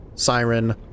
Siren